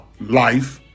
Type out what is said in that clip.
life